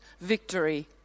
victory